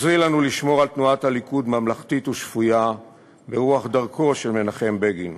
עזרי לנו לשמור על תנועת הליכוד ממלכתית ושפויה ברוח דרכו של מנחם בגין,